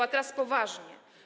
A teraz poważnie.